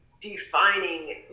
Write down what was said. defining